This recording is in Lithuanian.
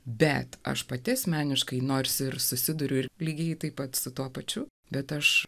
bet aš pati asmeniškai norisi ir susiduriu ir lygiai taip pat su tuo pačiu bet aš